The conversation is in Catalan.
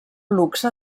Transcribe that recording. luxe